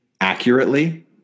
accurately